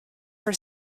for